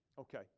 Okay